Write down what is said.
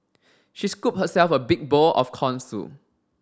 she scooped herself a big bowl of corn soup